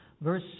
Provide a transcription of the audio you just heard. Verse